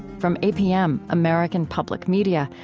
from apm, american public media,